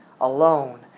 alone